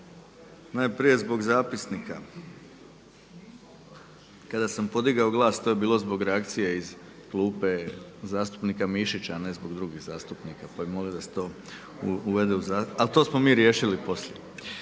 Najprije zbog zapisnika, kada sam podigao glas to je bilo zbog reakcije iz klube zastupnika Mišića, a ne zbog drugih zastupnika pa bih molio da se to uvede u, ali to smo mi riješili poslije.